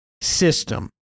system